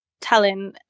telling